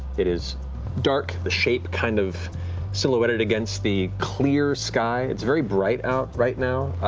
it is dark, the shape kind of silhouetted against the clear sky. it's very bright out right now.